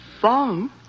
farm